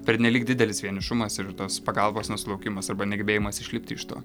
pernelyg didelis vienišumas ir tos pagalbos nesulaukimas arba negebėjimas išlipti iš to